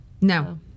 No